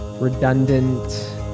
redundant